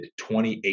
28%